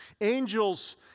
angels